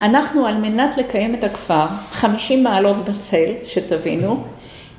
‫אנחנו על מנת לקיים את הכפר, ‫50 מעלות בצל, שתבינו,